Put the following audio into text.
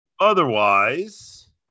Otherwise